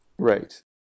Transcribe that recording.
Right